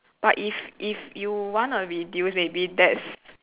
but if if you wanna reduce maybe that's